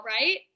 right